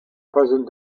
present